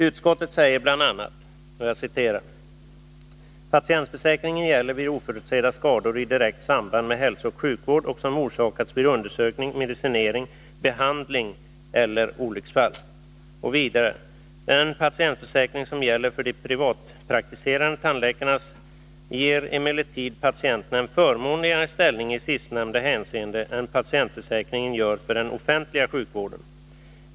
Utskottet säger bl.a.: ”Patientförsäkringen gäller vid oförutsedda skador i direkt samband med hälsooch sjukvård och som orsakats vid undersökning, medicinering, behandling eller olycksfall.” Och vidare: ”Den patientförsäkring som gäller för de privatpraktiserande tandläkarna ger emellertid patienten en förmånligare ställning i sistnämnda hänseende än patientförsäkringen för den offentliga sjukvården.